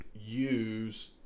use